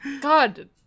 God